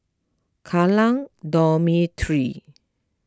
Kallang Dormitory